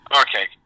Okay